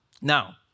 Now